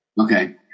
Okay